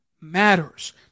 matters